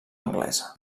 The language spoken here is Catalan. anglesa